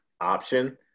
option